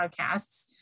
podcasts